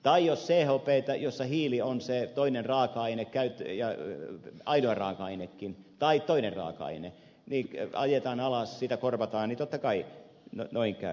tai jos chptä jossa hiili on se toinen raaka aine ajetaan alas sitä korvataan niin totta kai noin käy